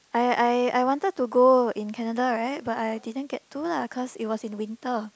I I I wanted to go in Canada right but I didn't get to lah because it was in winter